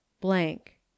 blank